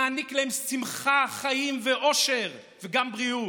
נעניק להם שמחה, חיים, אושר וגם בריאות.